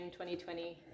2020